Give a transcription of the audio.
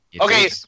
Okay